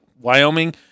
Wyoming